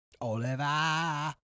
Oliver